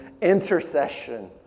intercession